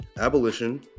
abolition